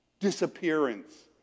Disappearance